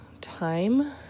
time